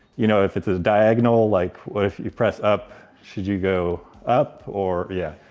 you know, if it's a diagonal, like what if you press up? should you go up, or, yeah.